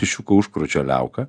viščiukų užkrūčio liauka